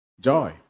joy